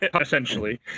essentially